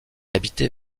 habitait